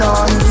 on